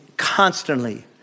Constantly